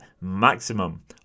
maximum